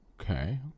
Okay